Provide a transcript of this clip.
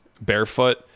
barefoot